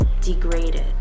degraded